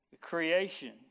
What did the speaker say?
creation